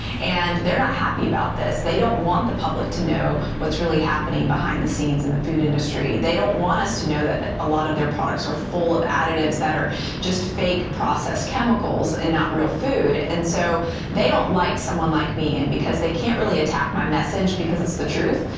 and they're not happy about this. they don't want the public to know what's really happening behind the scenes in the food industry. they don't want us to know that that a lot of their products are full of additives that are just fake processed chemicals and not real food, and so they don't like someone like me. and because they can't really attack my message because it's the truth,